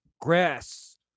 grass